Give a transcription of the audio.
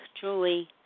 Julie